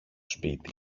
σπίτι